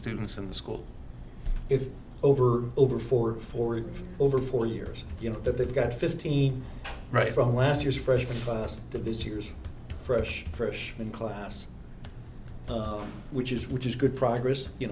students in the school if over over four for over four years you know that they've got fifteen right from last year's freshman class to this year's fresh freshman class which is which is good progress you